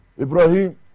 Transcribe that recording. Ibrahim